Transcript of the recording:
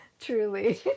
Truly